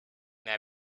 their